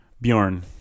Bjorn